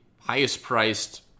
highest-priced